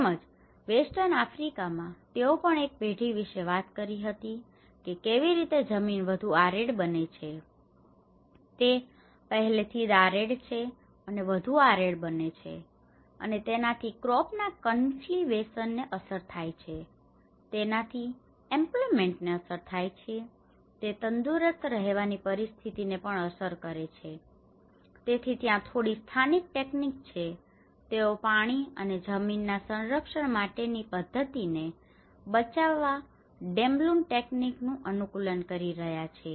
તેવીજ રીતે western Africa માં તેઓ પણ એક પેઢી વિશે વાત કરી હતી કેવી રીતે જમીન વધુ આરેડ બને છે તે પહેલેથી આરેડ છે અને વધુ આરેડ બને છે અને તેનાથી ક્રોપ ના કલ્ટીવેસન ને અસર થાય છે અને તેનાથી એમ્પ્લોયમેન્ટ ને અસર થાય છે તે તંદુરસ્ત રહેવાની પરિસ્થિતિ ને પણ અસર કરે છે તેથી ત્યાં થોડી સ્થાનિક ટેક્નિક છે તેઓ પાણી અને જમીન ના સંરક્ષણ માટે ની પદ્ધતિઓ ને બચાવવા ડેમલૂન ટેક્નિક નું અનુકૂલન કરી રહ્યાં છે